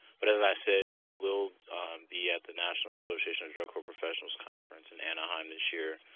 but as i said, we will be at the national association of drug court professionals conference in anaheim this year.